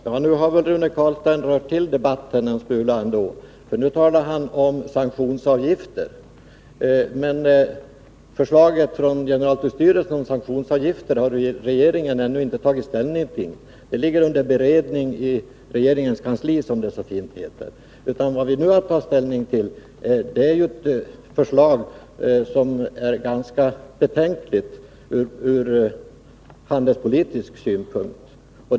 Fru talman! Nu har väl ändå Rune Carlstein rört till debatten en smula. Nu talar han om sanktionsavgifter, men förslaget från generaltullstyrelsen om sanktionsavgifter har regeringen ännu inte tagit ställning till. Det är under beredning i regeringskansliet, som det så fint heter. Vad vi i dag har att ta ställning till är ett förslag som är ganska betänkligt ur handelspolitisk synpunkt.